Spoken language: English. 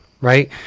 right